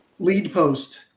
Leadpost